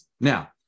Now